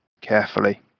carefully